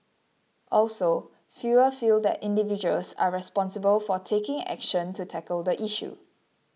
also fewer feel that individuals are responsible for taking action to tackle the issue